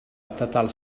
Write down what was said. estatal